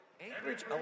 Anchorage